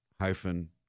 hyphen